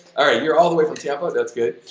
alright. you're all the way from tampa, that's good!